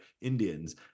Indians